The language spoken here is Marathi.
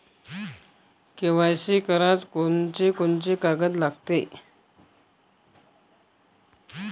के.वाय.सी कराच कोनचे कोनचे कागद लागते?